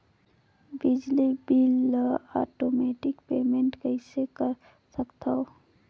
बिजली बिल ल automatic payment कइसे कर सकथव?